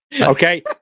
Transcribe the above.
Okay